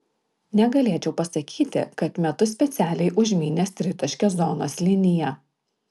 negalėčiau pasakyti kad metu specialiai užmynęs tritaškio zonos liniją